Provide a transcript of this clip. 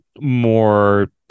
more